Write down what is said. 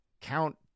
Count